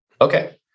Okay